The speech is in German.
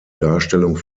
darstellung